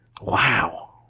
Wow